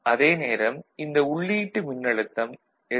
அதே நேரம் இந்த உள்ளீட்டு மின்னழுத்தம் எ